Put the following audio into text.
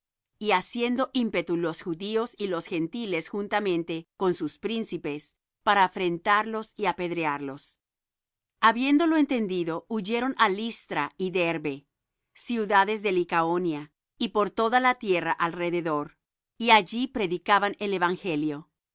y haciendo ímpetu los judíos y los gentiles juntamente con sus príncipes para afrentarlos y apedrearlos habiéndolo entendido huyeron á listra y derbe ciudades de licaonia y por toda la tierra alrededor y allí predicaban el evangelio